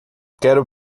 quero